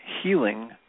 healing